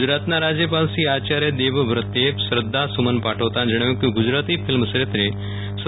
ગુજરાતના રાજયપાલશ્રી આયાર્ય દેવવ્રતે શ્રધ્ધા સુમન પાઠવતા જણાવ્યુ કે ગુજરાતી ફિલ્મ ક્ષેત્રે સ્વ